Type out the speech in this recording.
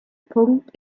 punkt